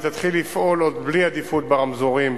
היא תתחיל לפעול עוד בלי עדיפות ברמזורים,